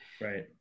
Right